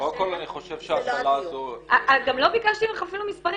קודם כל אני חושב שההשאלה הזו -- גם לא ביקשתי ממך אפילו מספרים.